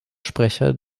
sprecher